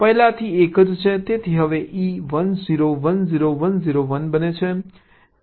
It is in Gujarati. તેથી હવે e 1 0 1 0 1 0 1 બને છે